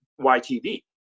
YTV